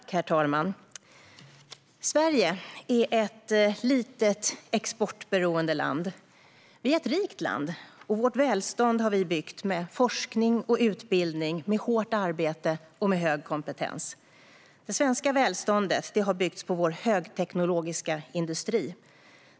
Herr talman! Sverige är ett litet, exportberoende land. Vi är ett rikt land, och vårt välstånd har vi byggt med forskning och utbildning, med hårt arbete och hög kompetens. Det svenska välståndet har byggts på vår högteknologiska industri.